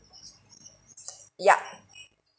ya